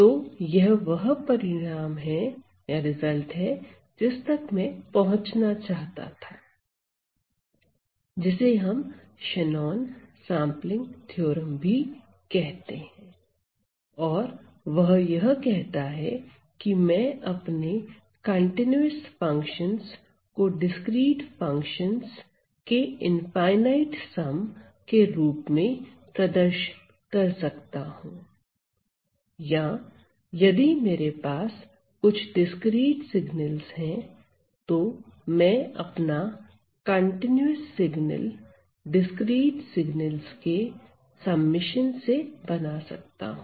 तो यह वह परिणाम है जिस तक मैं पहुंचना चाहता था जिसे हम शेनॉन सेंपलिंग थ्योरम भी कहते हैं और वह यह कहता है कि मैं अपने कंटीन्यूअस फंक्शन को डिस्क्रीट फंक्शंस के इनफाई नाइट सम के रूप में प्रदर्शित कर सकता हूं या यदि मेरे पास कुछ डिस्क्रीट सिगनल्स है तो मैं अपना कंटीन्यूअस सिग्नल इंडिस्क्रीट सिगनल्स के समेशन से बना सकता हूं